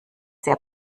sehr